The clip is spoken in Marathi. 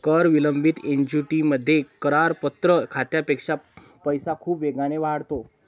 कर विलंबित ऍन्युइटीमध्ये, करपात्र खात्यापेक्षा पैसा खूप वेगाने वाढतो